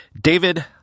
David